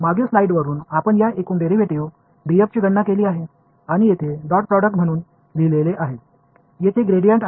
முந்தைய ஸ்லைடில் இருந்து நாம் கணக்கிட்டு வைத்துள்ள மொத்த டெரிவேட்டிவ் df ஐ இங்குள்ள கிரேடியன்ட் மற்றும் டிஸ்பிளேஸ்மெண்ட் க்கு இடையிலான டாட் ப்ராடக்ட் ஆக எழுதலாம்